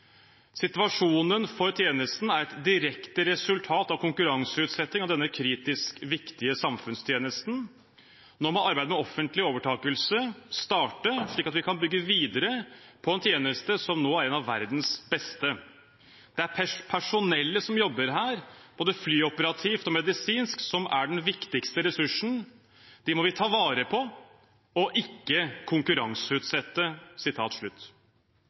Situasjonen for tjenesten «er et direkte resultat av konkurranseutsetting av denne kritiske viktige samfunnstjenesten». Og videre: «Arbeidet med offentlig overtakelse må starte nå slik at vi kan bygge videre på en luftambulansetjeneste som nå er en av verdens beste. Det er personellet som arbeider i luftambulansetjenesten – både flyoperativt og medisinsk – som er den viktigste ressursen. Det er en ressurs vi må ta vare på, og ikke konkurranseutsette!»